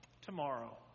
Tomorrow